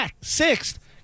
sixth